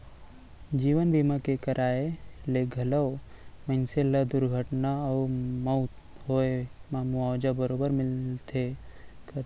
जीवन बीमा के कराय ले घलौक मनसे ल दुरघटना अउ मउत होए म मुवाजा बरोबर मिलबे करथे